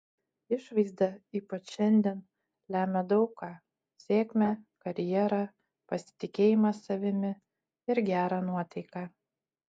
išvaizda ypač šiandien lemia daug ką sėkmę karjerą pasitikėjimą savimi ir gerą nuotaiką